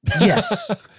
Yes